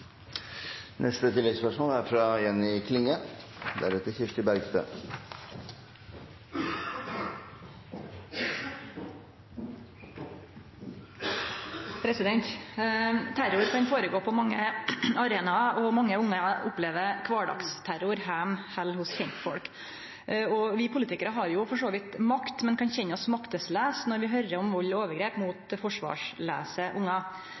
Jenny Klinge – til oppfølgingsspørsmål. Terror kan gå føre seg på mange arenaer, og mange ungar opplever kvardagsterror heime eller hos kjensfolk. Vi politikarar har for så vidt makt, men kan kjenne oss makteslause når vi høyrer om vald og overgrep mot forsvarslause ungar.